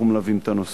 אנחנו מלווים את הנושא.